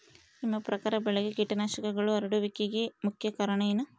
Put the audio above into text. ನಿಮ್ಮ ಪ್ರಕಾರ ಬೆಳೆಗೆ ಕೇಟನಾಶಕಗಳು ಹರಡುವಿಕೆಗೆ ಮುಖ್ಯ ಕಾರಣ ಏನು?